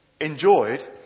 enjoyed